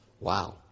Wow